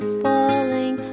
falling